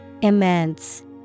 Immense